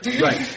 Right